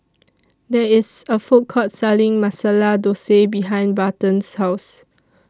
There IS A Food Court Selling Masala Dosa behind Barton's House